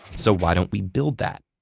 so why don't we build that?